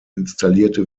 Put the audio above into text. installierte